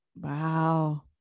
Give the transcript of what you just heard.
Wow